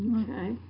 Okay